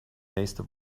nächste